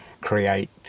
create